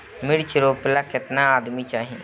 मिर्च रोपेला केतना आदमी चाही?